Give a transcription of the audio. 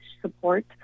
support